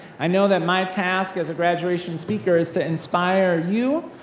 i know that my task as a graduation speaker is to inspire you,